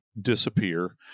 disappear